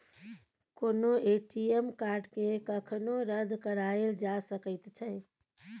कोनो ए.टी.एम कार्डकेँ कखनो रद्द कराएल जा सकैत छै